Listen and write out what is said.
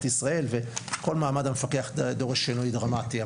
ישראל וכל מעמד המפקח דורש שינוי דרמטי.